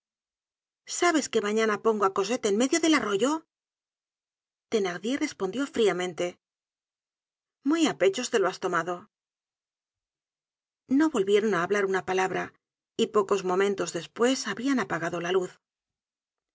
sabes que mañana pongo á cosette en medio del arroyo thenardier respondió fríamente muy á pechos lo has tomado no volvieron á hablar una palabra y pocos momentos despues habían apagado la luz